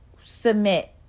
submit